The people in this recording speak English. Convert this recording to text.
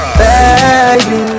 baby